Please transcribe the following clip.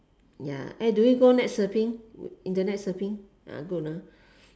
ya and do you go net surfing internet surfing ah good lah